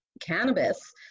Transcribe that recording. cannabis